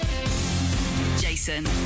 Jason